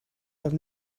have